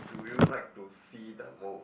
do you like to see the most